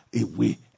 away